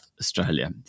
Australia